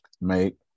make